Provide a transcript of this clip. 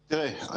תראה,